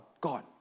God